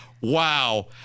Wow